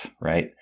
right